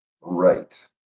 right